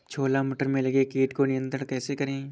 छोला मटर में लगे कीट को नियंत्रण कैसे करें?